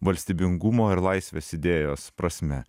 valstybingumo ir laisvės idėjos prasme